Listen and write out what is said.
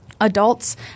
adults